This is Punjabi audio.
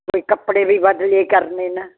ਕੋਈ ਕੱਪੜੇ ਵੀ ਬਦਲੀ ਕਰਨੇ ਨਾ